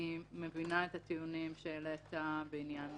אני מבינה את הטיעונים שהעלית בעניין